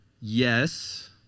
Yes